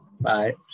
bye